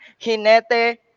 Hinete